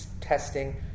testing